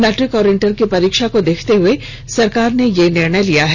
matric और inter की परीक्षा को देखते हुए सरकार ने यह निर्णय लिया है